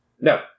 no